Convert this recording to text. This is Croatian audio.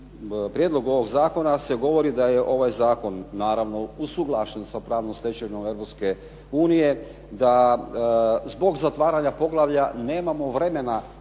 prijedlogu ovog zakona se govori da je ovaj zakon naravno usuglašen sa pravnom stečevinom Europske unije, da zbog zatvaranja poglavlja nemamo vremena